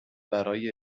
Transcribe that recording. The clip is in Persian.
برای